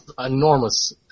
enormous